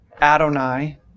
Adonai